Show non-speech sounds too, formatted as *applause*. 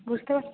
বুঝতে *unintelligible*